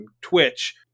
Twitch